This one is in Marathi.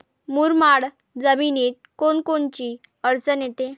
मुरमाड जमीनीत कोनकोनची अडचन येते?